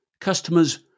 customers